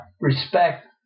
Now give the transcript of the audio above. respect